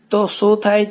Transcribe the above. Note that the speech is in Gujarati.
તો હવે શું થાય છે